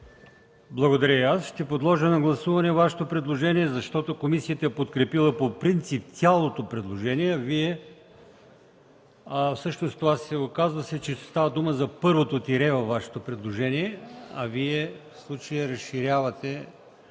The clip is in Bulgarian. Благодаря и аз. Ще подложа на гласуване Вашето предложение, защото комисията е подкрепила по принцип цялото предложение. Оказва се обаче, че става дума за първото тире от Вашето предложение, а в случая Вие разширявате